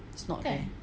it's not rare